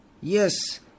yes